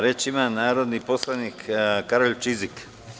Reč ima narodni poslanik Karolj Čizik.